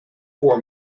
for